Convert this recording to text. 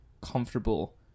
comfortable